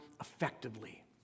effectively